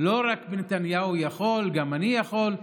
לא רק נתניהו יכול, גם אני יכול.